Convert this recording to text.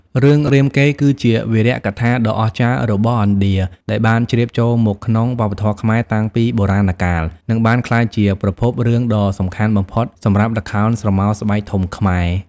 រឿង រាមកេរ្តិ៍ គឺជាវីរកថាដ៏អស្ចារ្យរបស់ឥណ្ឌា ដែលបានជ្រាបចូលមកក្នុងវប្បធម៌ខ្មែរតាំងពីបុរាណកាល និងបានក្លាយជាប្រភពរឿងដ៏សំខាន់បំផុតសម្រាប់ ល្ខោនស្រមោលស្បែកធំខ្មែរ ។